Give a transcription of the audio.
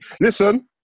Listen